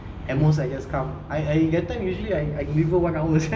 at most I just come I I that time usually I I deliver one hour sia